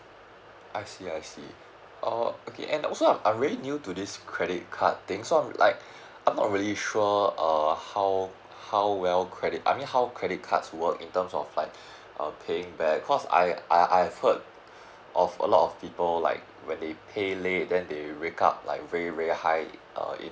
I see I see oh okay and also I'm really new to this credit card thing so I'm like I'm not really sure err how how well credit I mean how credit cards work in terms of like uh paying back because I I've heard of a lot of people like when they pay late then they rake up like very very high um